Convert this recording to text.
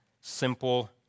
simple